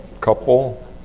Couple